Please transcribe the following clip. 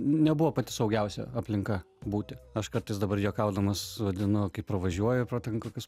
nebuvo pati saugiausia aplinka būti aš kartais dabar juokaudamas vadinu kaip pravažiuoju pro ten kokius